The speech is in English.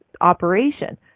operation